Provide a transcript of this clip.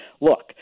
look